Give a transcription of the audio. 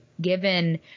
given –